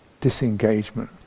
disengagement